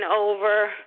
over